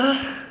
!huh!